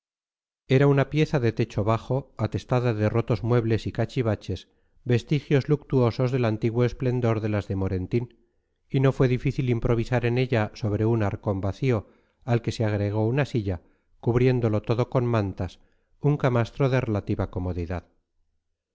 era una pieza de techo bajo atestada de rotos muebles y cachivaches vestigios luctuosos del antiguo esplendor de las de morentín y no fue difícil improvisar en ella sobre un arcón vacío al que se agregó una silla cubriéndolo todo con mantas un camastro de relativa comodidad